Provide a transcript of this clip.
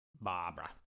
Barbara